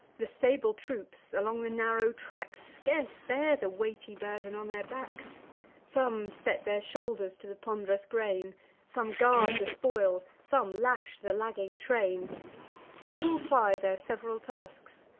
the sable troops, along the narrow tracks, scarce bear the weighty burthen on their backs some set their shoulders to the pond'rous grain some guard the spoil some lash the lagging train all ply their sev'ral tasks,